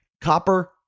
copper